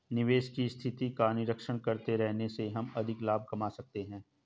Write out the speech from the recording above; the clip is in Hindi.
निवेश की स्थिति का निरीक्षण करते रहने से हम अधिक लाभ कमा सकते हैं